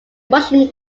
mushroom